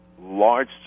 large